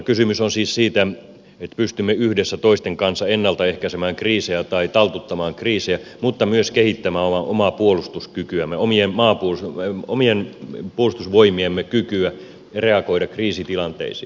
kysymys on siis siitä että pystymme yhdessä toisten kanssa ennalta ehkäisemään kriisejä tai taltuttamaan kriisejä mutta myös kehittämään omaa puolustuskykyämme omien puolustusvoimiemme kykyä reagoida kriisitilanteisiin